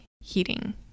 heating